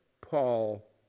Paul